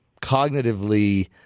cognitively